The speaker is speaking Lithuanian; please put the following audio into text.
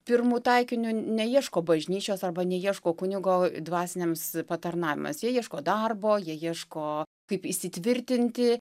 pirmu taikiniu neieško bažnyčios arba neieško kunigo dvasiniams patarnavimams jie ieško darbo jie ieško kaip įsitvirtinti